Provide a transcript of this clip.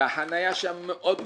והחניה שם מאוד גרועה.